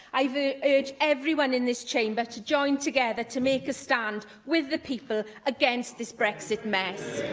i urge everyone in this chamber to join together to make a stand with the people against this brexit mess.